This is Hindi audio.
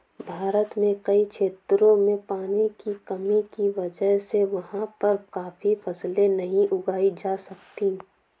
भारत के कई क्षेत्रों में पानी की कमी की वजह से वहाँ पर काफी फसलें नहीं उगाई जा सकती